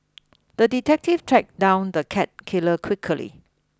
the detective tracked down the cat killer quickly